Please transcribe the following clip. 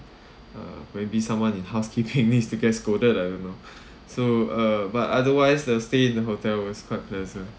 uh maybe someone in housekeeping needs to get scolded I don't know so uh but otherwise the stay in the hotel was quite pleasant